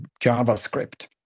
JavaScript